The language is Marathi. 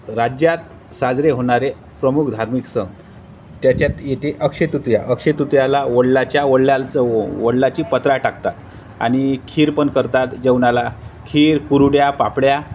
राज्यात साजरे होणारे प्रमुख धार्मिक सण त्याच्यात येते अक्षयतृतिया अक्षयतृतियाला वडलाच्या वडला वडलाची पत्रा टाकतात आणि खीर पण करतात जेवणाला खीर कुरड्या पापड्या